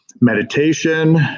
meditation